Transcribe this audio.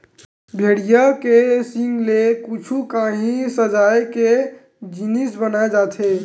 भेड़िया के सींग ले कुछु काही सजाए के जिनिस बनाए जाथे